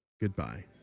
goodbye